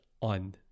on